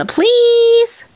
Please